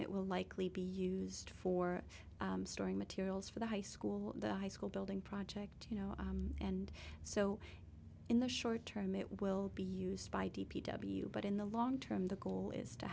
it will likely be used for storing materials for the high school high school building project you know and so in the short term it will be used by d p w but in the long term the goal is to